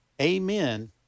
Amen